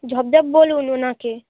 ঝপঝপ বলুন ওনাকে